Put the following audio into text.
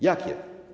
Jakie?